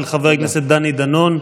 של חבר הכנסת דני דנון,